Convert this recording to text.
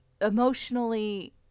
emotionally